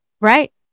Right